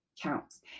counts